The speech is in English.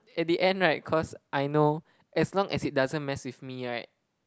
at the end right cause I know as long as it doesn't mess with me right